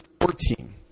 fourteen